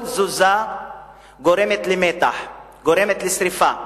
כל תזוזה גורמת למתח, גורמת לשרפה.